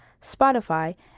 Spotify